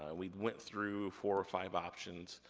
ah we went through four or five options.